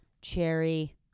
cherry